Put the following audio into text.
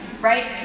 right